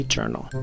Journal